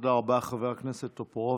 תודה רבה, חבר הכנסת טופורובסקי.